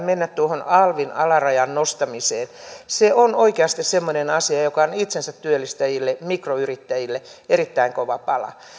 mennä tuohon alvin alarajan nostamiseen se on oikeasti semmoinen asia joka on itsensä työllistäjille mikroyrittäjille erittäin kova pala